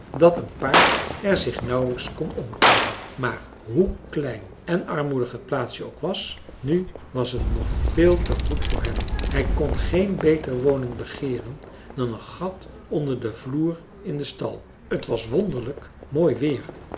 dat een paard er zich nauwelijks kon omkeeren maar hoe klein en armoedig het plaatsje ook was nu was het nog veel te goed voor hem hij kon geen beter woning begeeren dan een gat onder den vloer in den stal t was wonderlijk mooi weer